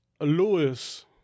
Lewis